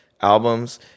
albums